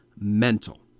mental